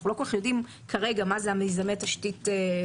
אנחנו לא כל כך יודעים כרגע מה זה מיזמי התשתית הלאומיים.